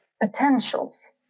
Potentials